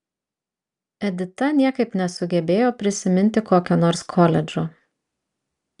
edita niekaip nesugebėjo prisiminti kokio nors koledžo